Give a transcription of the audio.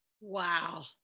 Wow